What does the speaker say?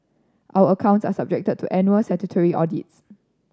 our accounts are subjected to annual statutory audits